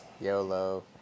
YOLO